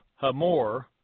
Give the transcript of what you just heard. Hamor